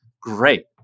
great